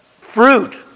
fruit